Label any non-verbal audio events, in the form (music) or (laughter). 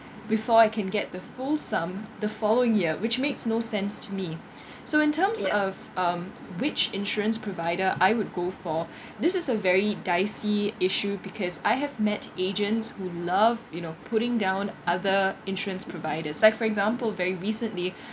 before I can get the full sum the following year which makes no sense to me (breath) so in terms of um which insurance provider I would go for (breath) this is a very dicey issue because I have met agents who love you know putting down other insurance providers like for example very recently